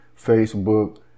Facebook